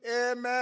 Amen